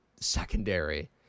secondary